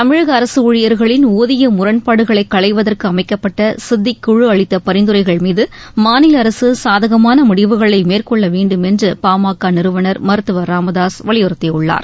தமிழக அரசு ஊழியர்களின் ஊதிய முரண்பாடுகளை களைவதற்கு அமைக்கப்பட்ட சித்திக் குழு அளித்த பரிந்துரைகள் மீது மாநில அரசு சாதகமான முடிவுகளை மேற்கொள்ள வேண்டும் என்று பாமக நிறுவனர் மருத்துவர் ச ராமதாசு வலியுறுத்தியுள்ளார்